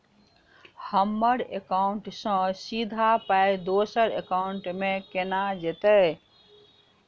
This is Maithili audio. हम्मर एकाउन्ट सँ सीधा पाई दोसर एकाउंट मे केना जेतय?